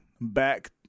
back